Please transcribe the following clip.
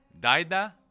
Daida